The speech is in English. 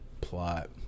plot